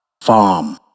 farm